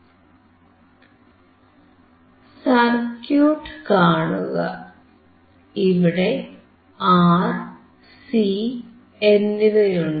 circuit കാണുക ഇവിടെ R C എന്നിവയുണ്ട്